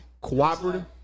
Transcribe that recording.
cooperative